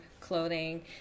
clothing